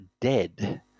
dead